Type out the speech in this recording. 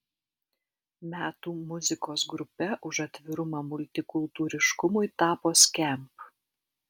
metų muzikos grupe už atvirumą multikultūriškumui tapo skamp